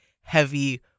heavy